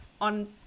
on